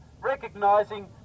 recognising